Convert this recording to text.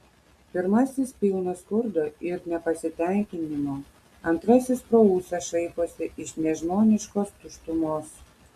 pirmasis pilnas skurdo ir nepasitenkinimo antrasis pro ūsą šaiposi iš nežmoniškos tuštumos